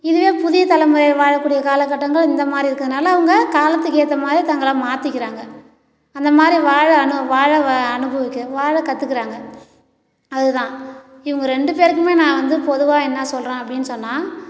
இதுவே புதிய தலைமுறையினர் வாழக்கூடிய காலகட்டங்கள் இந்த மாதிரி இருக்கறதினால அவங்க காலத்துக்கு ஏற்ற மாதிரி தங்களை மாற்றிக்கிறாங்க அந்த மாதிரி வாழ அந்த வாழ அனுபவிக்க வாழ கத்துக்கறாங்க அதுதான் இவங்க ரெண்டு பேருக்கும் நான் வந்து பொதுவாக என்ன சொல்கிறேன் அப்படின்னு சொன்னால்